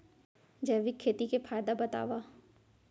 जैविक खेती के फायदा बतावा?